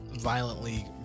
violently